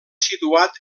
situat